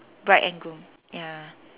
bride and groom ya